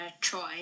Troy